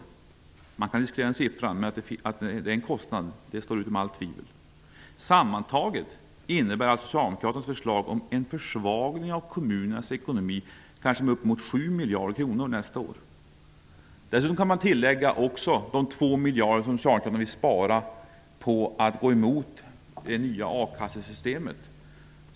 Det går att diskutera siffran, men det står utom allt tvivel att det är fråga om en kostnad. Sammantaget innebär alltså Socialdemokraternas förslag en försvagning av kommunernas ekonomi på upp till 7 miljarder kronor nästa år. Vidare kan man lägga till de 2 miljarder kronor som Socialdemokraterna vill spara på att gå emot det nya a-kassesystemet.